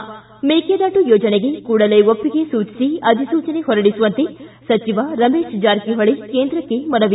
ು ಮೇಕೆದಾಟು ಯೋಜನೆಗೆ ಕೂಡಲೇ ಒಪ್ಪಿಗೆ ಸೂಚಿಸಿ ಅಧಿಸೂಚನೆ ಹೊರಡಿಸುವಂತೆ ಸಚಿವ ರಮೇತ್ ಜಾರಕಿಹೊಳಿ ಕೇಂದ್ರಕ್ಕೆ ಮನವಿ